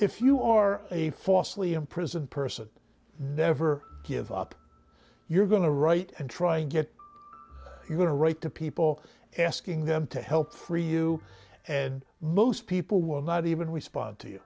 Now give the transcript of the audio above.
if you or a falsely imprisoned person never give up you're going to write and try and get i'm going to write to people asking them to help free you and most people will not even respond to you